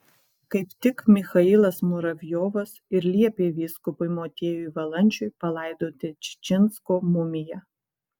kaip tik michailas muravjovas ir liepė vyskupui motiejui valančiui palaidoti čičinsko mumiją